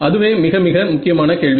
அதுவே மிக மிக முக்கியமான கேள்வி